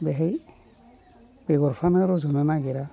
बेहाय बेगरफ्रानो रज'नो नागिरा